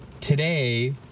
today